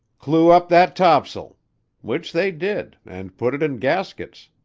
clew up that tops'l which they did, and put it in gaskets,